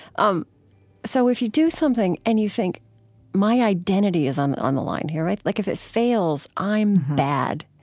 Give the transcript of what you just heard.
um so if you do something and you think my identity is on on the line here, like if it fails, i'm bad.